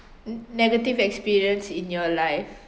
negative experience in your life